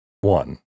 one